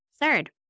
Third